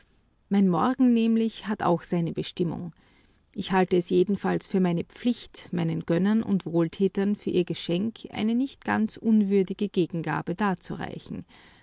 mein morgen nämlich hat auch seine bestimmung ich halte es jedenfalls für meine pflicht meinen gönnern und wohltätern für ihr geschenk eine nicht ganz unwürdige gegengabe darzureichen